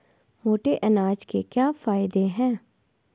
मोटे अनाज के क्या क्या फायदे हैं?